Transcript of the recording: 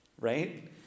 Right